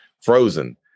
Frozen